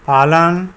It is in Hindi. पालन